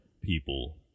people